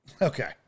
Okay